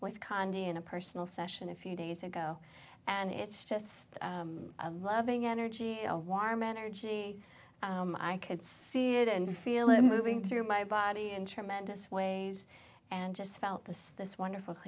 with condi in a personal session a few days ago and it's just a loving energy wire manner gee i could see it and feel it moving through my body and tremendous ways and just felt the this wonderful